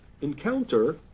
encounter